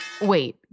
Wait